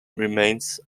remains